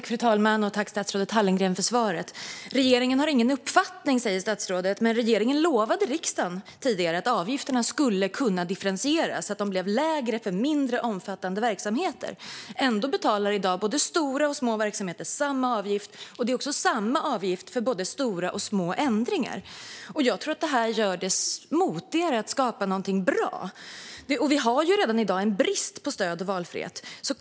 Fru talman! Tack, statsrådet Hallengren, för svaret! Regeringen har ingen uppfattning, säger statsrådet. Men regeringen lovade riksdagen tidigare att avgifterna skulle kunna differentieras så att de blev lägre för mindre omfattande verksamheter. Ändå betalar i dag både stora och små verksamheter samma avgift, och det är även samma avgift för både stora och små ändringar. Jag tror att detta gör det motigare att skapa någonting bra, och vi har redan i dag en brist på stöd och valfrihet.